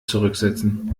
zurücksetzen